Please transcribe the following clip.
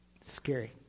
Scary